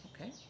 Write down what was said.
Okay